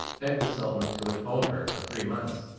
begged the sultan to withhold her for three months,